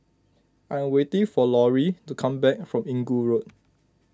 I am waiting for Lauri to come back from Inggu Road